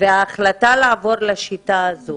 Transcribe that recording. וההחלטה לעבור לשיטה הזו